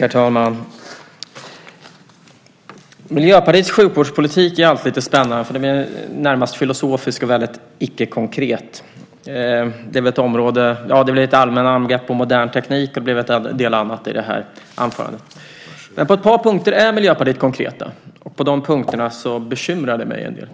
Herr talman! Miljöpartiets sjukvårdspolitik är alltid lite spännande. Den blir närmast filosofisk och väldigt icke-konkret. Det blev ett allmänt angrepp på modern teknik och en del annat i det här anförandet. Men på ett par punkter är Miljöpartiet konkreta, och de punkterna bekymrar mig en del.